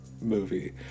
movie